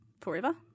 forever